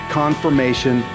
confirmation